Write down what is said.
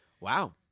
Wow